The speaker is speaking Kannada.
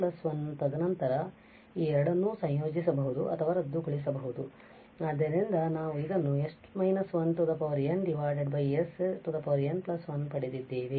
S n1 ತದನಂತರ ನಾವು ಈ ಎರಡನ್ನೂ ಸಂಯೋಜಿಸಬಹುದು ಅಥವಾ ರದ್ದುಗೊಳಿಸಬಹುದು ಆದ್ದರಿಂದ ನಾವು ಇದನ್ನು s−1 n s n1 ಪಡೆದಿದ್ದೇವೆ